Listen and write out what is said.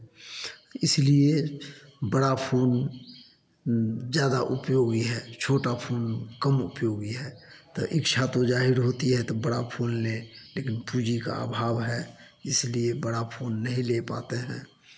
इसीलिए बड़ा फोन ज़्यादा उपयोगी है छोटा फ़ोन कम उपयोगी है तो इच्छा तो जाहिर होती है तो बड़ा फ़ोन ले लेकिन पूँजी का अभाव है इसलिए बड़ा फ़ोन नहीं ले पाते हैं